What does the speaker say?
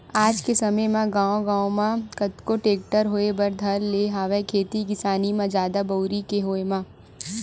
आज के समे म गांव गांव म कतको टेक्टर होय बर धर ले हवय खेती किसानी म जादा बउरई के होय म